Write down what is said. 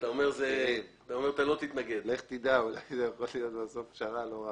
לכן העיוות הזה הוא עיוות שבסופו של דבר הוא